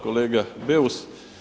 Kolega BEus.